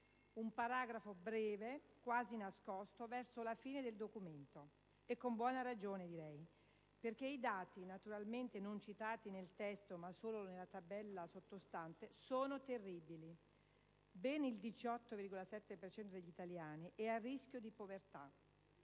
Un paragrafo breve e quasi nascosto verso la fine del documento. E con buona ragione, direi, perché i dati, naturalmente non citati nel testo ma solo nella tabella sottostante, sono terribili: ben il 18,7 per cento degli italiani è a rischio di povertà!